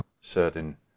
certain